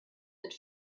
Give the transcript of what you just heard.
had